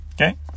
Okay